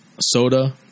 soda